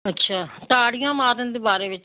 ਅੱਛਾ ਤਾੜੀਆਂ ਮਾਰਨ ਦੇ ਬਾਰੇ ਵਿੱਚ